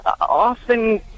often